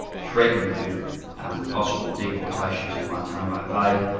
threatened with the possible deportation to guantanamo bay,